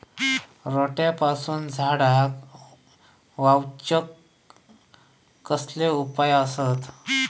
रोट्यापासून झाडाक वाचौक कसले उपाय आसत?